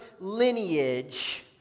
lineage